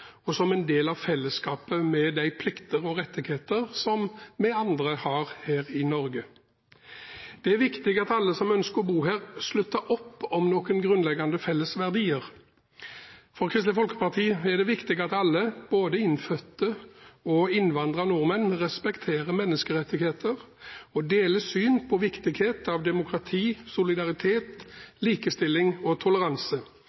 og som en del av fellesskapet, med de plikter og rettigheter som vi andre har her i Norge. Det er viktig at alle som ønsker å bo her, slutter opp om noen grunnleggende felles verdier. For Kristelig Folkeparti er det viktig at alle – både innfødte og innvandrede nordmenn – respekterer menneskerettighetene og deler synet på viktigheten av demokrati,